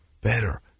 better